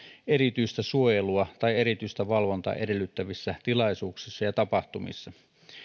erityistä suojelua tai erityistä valvontaa edellyttävissä tilaisuuksissa ja tapahtumissa